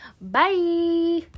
bye